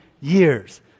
years